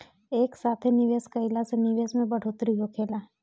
एक साथे निवेश कईला से निवेश में बढ़ोतरी होखेला